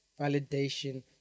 validation